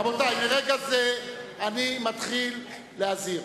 רבותי, מרגע זה אני מתחיל להזהיר.